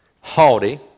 haughty